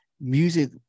music